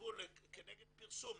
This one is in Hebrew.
יתחייבו כנגד פרסום,